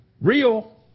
Real